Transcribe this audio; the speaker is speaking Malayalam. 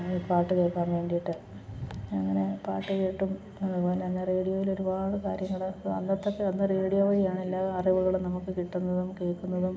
ഈ പാട്ട് കേൾക്കാൻ വേണ്ടിയിട്ട് അങ്ങനെ പാട്ട് കേട്ടും അതു പോലെ തന്നെ റേഡിയോയിലൊരുപാട് കാര്യങ്ങൾ അന്നത്തെയൊക്കെ അന്ന് റേഡിയോ വഴിയാണെല്ലാ അറിവുകളും നമുക്ക് കിട്ടുന്നതും കേൾക്കുന്നതും